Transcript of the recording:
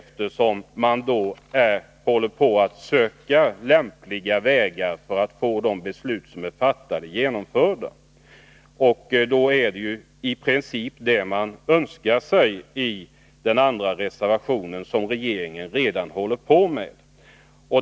Departementet söker redan lämpliga vägar för att de beslut som är fattade skall kunna verkställas, vilket i princip är det som socialdemokraterna önskar sig i den andra reservationen.